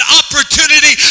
opportunity